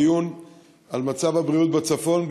דיון על מצב הבריאות בצפון,